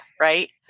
right